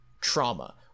trauma